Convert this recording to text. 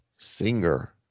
Singer